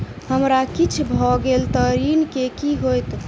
हमरा किछ भऽ गेल तऽ ऋण केँ की होइत?